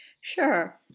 Sure